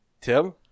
Tim